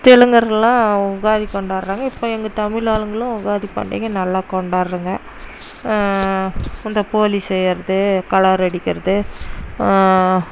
தெலுங்கர்களும் உகாதி கொண்டாடுகிறாங்க இப்போ எங்கள் தமிழ் ஆளுங்களும் உகாதி பண்டிகை நல்லா கொண்டாடுகிறங்க இந்த போளி செய்யறது கலர் அடிக்கிறது